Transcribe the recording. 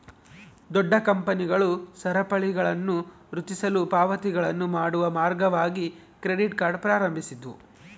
ದೊಡ್ಡ ಕಂಪನಿಗಳು ಸರಪಳಿಗಳನ್ನುರಚಿಸಲು ಪಾವತಿಗಳನ್ನು ಮಾಡುವ ಮಾರ್ಗವಾಗಿ ಕ್ರೆಡಿಟ್ ಕಾರ್ಡ್ ಪ್ರಾರಂಭಿಸಿದ್ವು